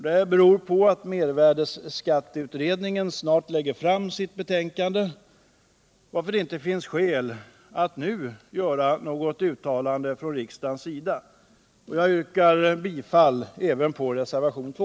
Det beror på att mervärdeskatteutredningen snart lägger fram sitt betänkande, varför det inte finns skäl att nu göra något uttalande. Jag yrkar bifall även till reservationen 2.